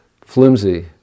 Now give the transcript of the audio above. flimsy